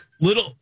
little